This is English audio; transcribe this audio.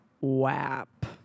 Wap